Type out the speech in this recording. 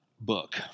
book